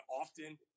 often